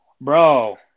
Bro